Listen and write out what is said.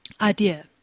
idea